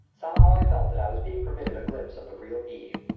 somehow i felt that i was being permitted a glimpse of the real eve.